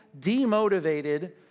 demotivated